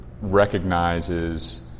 recognizes